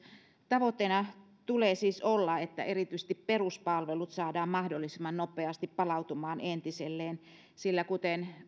tavoitteena tulee siis olla että erityisesti peruspalvelut saadaan mahdollisimman nopeasti palautumaan entiselleen sillä kuten